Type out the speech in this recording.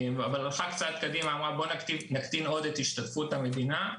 היא הלכה צעד קדימה ואמרה: נקטין עוד את השתתפות המדינה,